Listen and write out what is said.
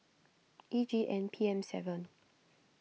E G N P M seven